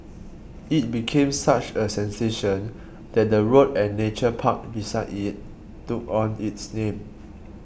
it became such a sensation that the road and nature park beside it took on its name